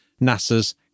NASA's